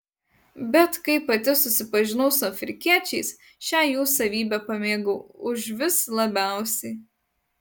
bet kai pati susipažinau su afrikiečiais šią jų savybę pamėgau užvis labiausiai